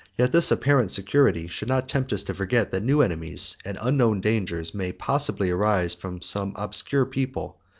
yet this apparent security should not tempt us to forget, that new enemies, and unknown dangers, may possibly arise from some obscure people,